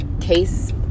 case